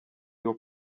your